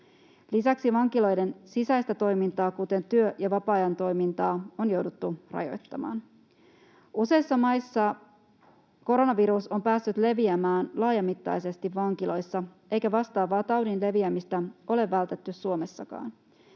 Lisäksi vankiloiden sisäistä toimintaa, kuten työ- ja vapaa-ajan toimintaa, on jouduttu rajoittamaan. Useissa maissa koronavirus on päässyt leviämään laajamittaisesti vankiloissa, eikä vastaavaa taudin leviämistä ole vältetty Suomessakaan.